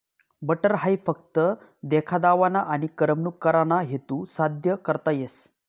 butter हाई फक्त देखा दावाना आनी करमणूक कराना हेतू साद्य करता येस